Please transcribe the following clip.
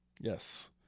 Yes